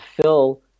fill